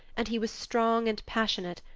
and he was strong and passionate,